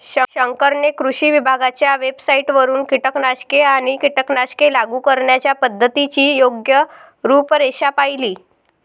शंकरने कृषी विभागाच्या वेबसाइटवरून कीटकनाशके आणि कीटकनाशके लागू करण्याच्या पद्धतीची योग्य रूपरेषा पाहिली